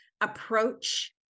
approach